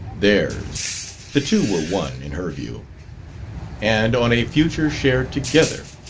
theirs the two were one, in her view and on a future shared together.